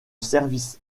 service